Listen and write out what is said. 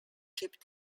chip